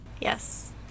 yes